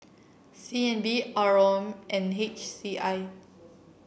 C N B R O M and H C I